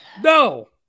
no